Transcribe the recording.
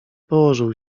położył